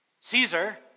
Caesar